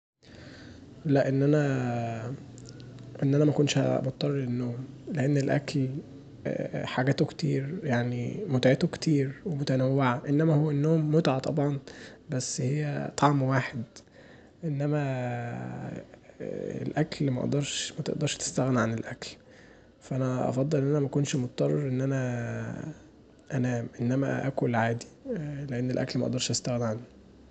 لان انا ان انا مكونش بضطر للنوم لان الأكل حاجاته كتير يعني متعته كتير وحاجاته متنوعه انما النوم متعه طبعا بس هي طعم واحد، انما الأكل مقدرش متقدرس تستغني عن الأكل فأنا افضل مكونش مضطر ان انا انام انما اكل عادي لان الاكل مقدرش استغني عنه.